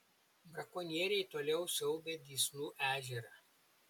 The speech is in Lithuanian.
brakonieriai toliau siaubia dysnų ežerą